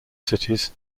cities